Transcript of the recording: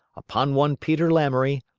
upon one peter lamoury,